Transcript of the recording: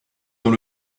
dans